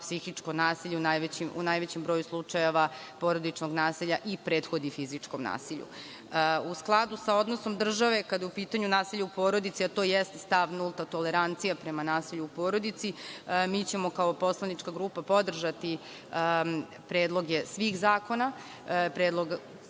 psihičko nasilje u najvećem broju slučajeva porodičnog nasilja i prethodi fizičkom nasilju.U skladu sa odnosom države, kada je u pitanju nasilje u porodici, a to jeste stav nulta tolerancija prema nasilju u porodici, mi ćemo kao poslanička grupa podržati predloge svih zakona, Predlog